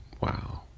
Wow